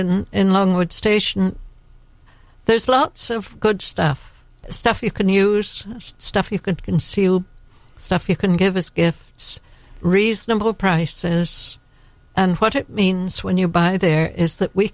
and in longwood station there's lots of good stuff stuff you can use stuff you could conceal stuff you can give us if it's reasonable prices and what it means when you buy there is that we